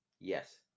Yes